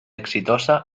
exitosa